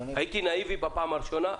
הייתי נאיבי בפעם הראשונה,